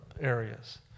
areas